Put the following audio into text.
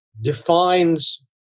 defines